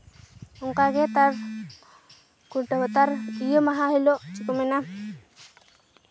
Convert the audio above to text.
ᱚᱝᱠᱟᱜᱮ ᱛᱟᱨ ᱠᱷᱩᱱᱴᱟᱹᱣ ᱛᱟᱨ ᱤᱭᱟᱹ ᱢᱟᱦᱟ ᱦᱤᱞᱳᱜ ᱪᱮᱫ ᱠᱚ ᱢᱮᱱᱟ